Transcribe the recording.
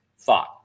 thought